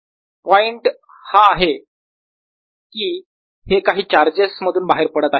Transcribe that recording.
Prr r3r rdV point हा आहे की हे काही चार्जेस मधून बाहेर पडत आहे